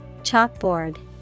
Chalkboard